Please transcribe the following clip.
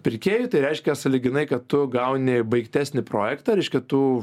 pirkėjui tai reiškia sąlyginai kad tu gauni baigtesnį projektą reiškia tu